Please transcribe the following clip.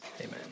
Amen